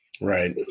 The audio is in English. Right